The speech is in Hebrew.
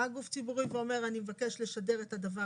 גוף ציבורי אומר אני מבקש לשדר את הדבר